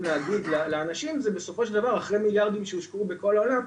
להגיד לאנשים זה בסופו של דבר אחרי מיליארדים שהושקעו בכל העולם,